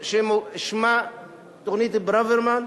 "תוכנית ברוורמן",